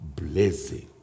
blazing